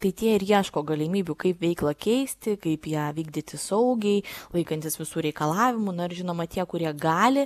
tai tie ir ieško galimybių kaip veiklą keisti kaip ją vykdyti saugiai laikantis visų reikalavimų na ir žinoma tie kurie gali